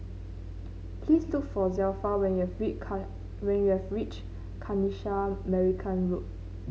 please look for Zelpha when you when you reach Kanisha Marican Road